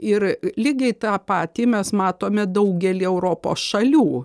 ir lygiai tą patį mes matome daugely europos šalių